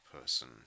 person